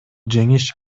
жеңиш